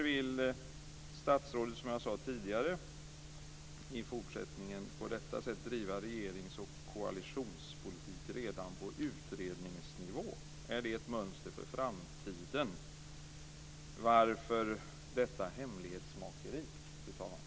Vill statsrådet, som jag sade tidigare, på detta sätt i fortsättningen driva regerings och koalitionspolitik redan på utredningsnivå? Är det ett mönster för framtiden? Varför detta hemlighetsmakeri, fru talman?